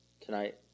tonight